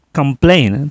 complain